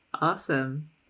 awesome